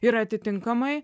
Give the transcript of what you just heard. ir atitinkamai